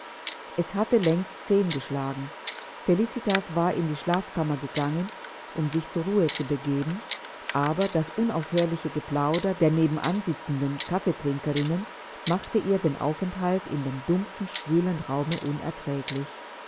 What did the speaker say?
es hatte längst zehn geschlagen felicitas war in die schlafkammer gegangen um sich zur ruhe zu begeben aber das unaufhörliche geplauder der nebenansitzenden kaffeetrinkerinnen machte ihr den aufenthalt in dem dumpfen schwülen raume unerträglich